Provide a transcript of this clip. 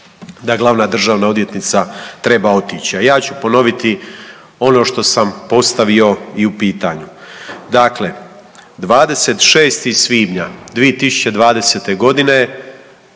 da Glavna državna odvjetnica treba otići, a ja ću ponoviti ono što sam postavio i u pitanju. Dakle, 26. svibnja 2020.godine